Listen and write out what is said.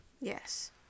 Yes